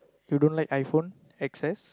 you don't like iPhone X_S